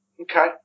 Okay